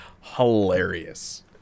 hilarious